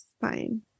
Fine